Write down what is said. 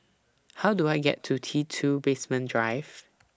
How Do I get to T two Basement Drive